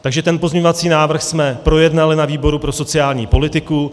Takže ten pozměňovací návrh jsme projednali na výboru pro sociální politiku.